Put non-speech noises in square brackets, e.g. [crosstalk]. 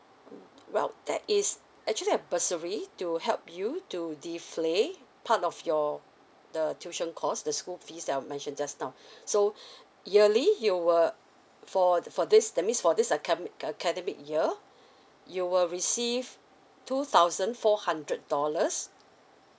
well that is actually a bursary do help you to defray part of your the tuition cost the school fees that I've mentioned just now [breath] so [breath] yearly you will for for this that means for this acade~ academic year you will receive two thousand four hundred dollars